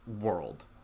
world